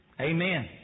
Amen